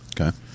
Okay